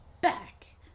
back